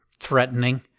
threatening